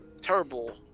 terrible